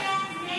30 בעד,